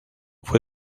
fue